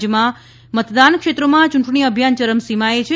રાજ્યમાં મતદાનક્ષેત્રોમાં ચૂંટણી અભિયાન ચરમસીમાએ છે